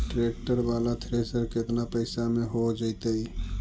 Tractor बाला thresher केतना पैसा में हो जैतै?